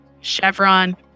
Chevron